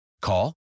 Call